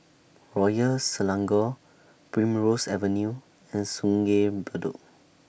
Royal Selangor Primrose Avenue and Sungei Bedok